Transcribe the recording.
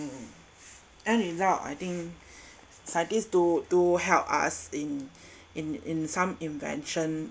end result I think scientist do do help us in in in some invention